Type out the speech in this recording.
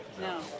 No